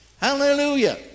Hallelujah